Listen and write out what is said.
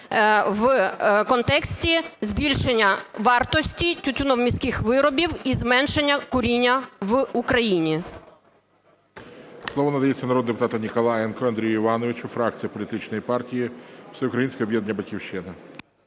в контексті збільшення вартості тютюномістких виробів і зменшення куріння в Україні.